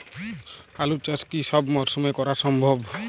আলু চাষ কি সব মরশুমে করা সম্ভব?